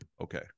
Okay